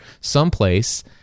someplace